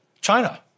China